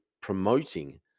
promoting